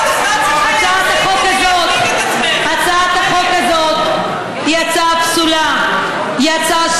אבל קלישאות הופכות להיות כאלה בגלל שהן נכונות.